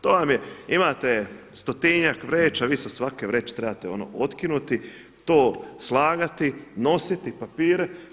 To vam je, imate stotinjak vreća, vi sa svake vreće trebate otkinuti, to slagati, nositi papire.